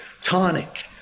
tonic